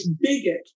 bigot